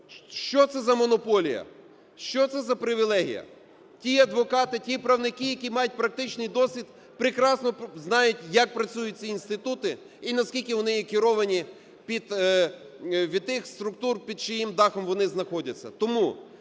Що це за монополія, що це за привілегія? Ті адвокати, ті правники, які мають практичний досвід, прекрасно знають, як працюють ці інститути і наскільки вони є керовані від тих структур, під чиїм дахом вони знаходяться.